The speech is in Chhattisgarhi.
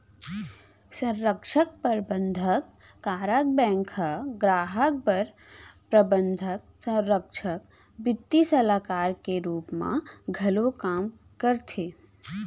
संरक्छक, परबंधक, कारज बेंक ह गराहक बर प्रबंधक, संरक्छक, बित्तीय सलाहकार के रूप म घलौ काम करथे